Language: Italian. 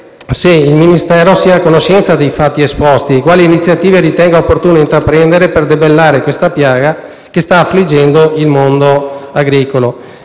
in indirizzo sia a conoscenza dei fatti esposti e quali iniziative ritenga opportuno intraprendere per debellare questa piaga che sta affliggendo il mondo agricolo;